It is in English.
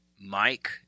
Mike